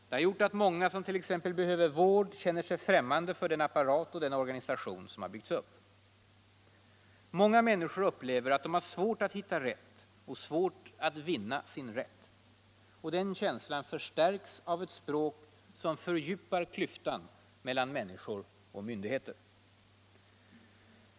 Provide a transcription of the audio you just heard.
Det har gjort att många som t.ex. behöver vård känner sig främmande inför den apparat och den organisation som byggts upp. Många människor upplever att de har det svårt att hitta rätt och svårt att vinna sin rätt. Den känslan förstärks av ett språk som fördjupar klyftan mellan människor och myndigheter.